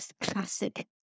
classic